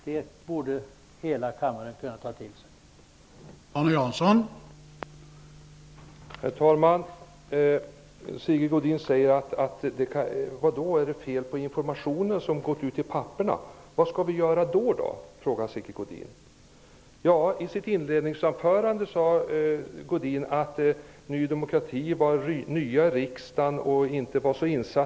Det borde hela kammaren kunna ta till sig.